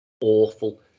awful